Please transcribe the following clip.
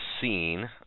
scene